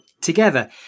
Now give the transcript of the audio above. together